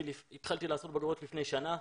התחלתי לעשות בגרויות לפני שנה,